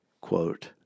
quote